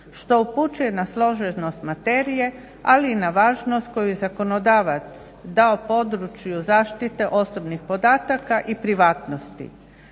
što upućuje na složenost materije ali i na važnost koju je zakonodavac dao području zaštite osobnih podataka i privatnosti.